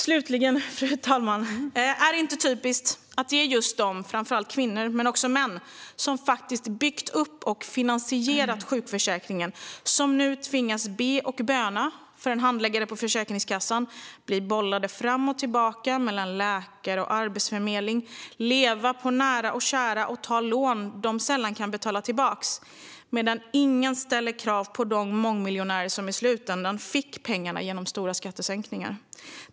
Slutligen: Är det inte typiskt att just de - framför allt kvinnor, men även män - som faktiskt har byggt upp och finansierat sjukförsäkringen nu tvingas be och böna hos en handläggare på Försäkringskassan, blir bollade fram och tillbaka mellan läkare och Arbetsförmedlingen och tvingas leva på nära och kära och ta lån som de sällan kan betala tillbaka, medan ingen ställer krav på de mångmiljonärer som i slutändan fick pengarna genom stora skattesänkningar?